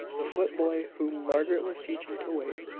the foot-boy, whom margaret was teaching to wait,